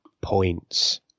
points